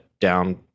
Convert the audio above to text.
down